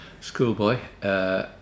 schoolboy